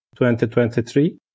2023